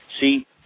See